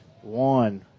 one